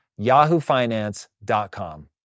yahoofinance.com